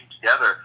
together